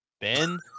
Ben